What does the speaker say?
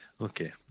Okay